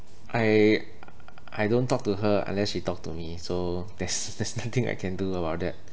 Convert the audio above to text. I I don't talk to her unless she talk to me so there's there's nothing I can do about that